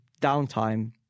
downtime